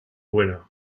buena